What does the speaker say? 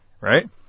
Right